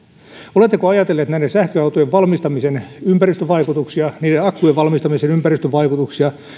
oletteko ajatelleet näiden sähköautojen valmistamisen ympäristövaikutuksia niiden akkujen valmistamisen ympäristövaikutuksia